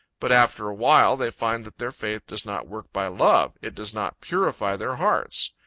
but after a while, they find that their faith does not work by love, it does not purify their hearts.